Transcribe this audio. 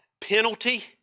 penalty